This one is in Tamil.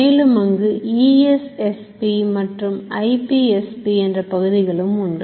மேலும் அங்கு ESSP மற்றும் IPSP என்ற பகுதிகளும் உண்டு